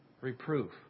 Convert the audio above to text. reproof